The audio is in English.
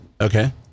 Okay